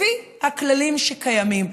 לפי הכללים שקיימים.